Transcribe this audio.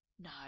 No